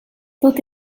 tot